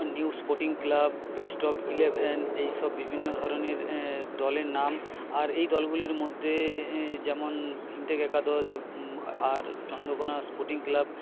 new sporting club best of eleven এই সব বিভিন্ন ধরণের দলের নাম আর এই দলগুলির মধ্যে যেমন ভিমটেক একাদশ আর চন্দ্রকোনা স্পোর্টিং ক্লাব